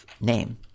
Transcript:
name